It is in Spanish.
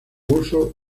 uso